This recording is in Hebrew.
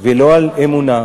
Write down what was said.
ולא על אמונה,